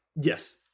Yes